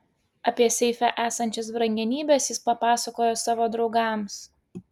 apie seife esančias brangenybes jis papasakojo savo draugams